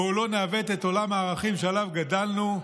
בואו לא נעוות את עולם הערכים שעליו גדלנו.